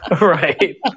right